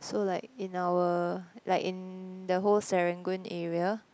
so like in our like in the whole Serangoon area